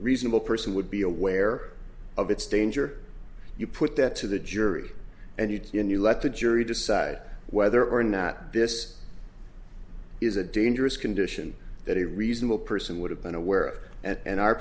reasonable person would be aware of its danger you put that to the jury and you don't you let the jury decide whether or not this is a dangerous condition that a reasonable person would have been aware of and our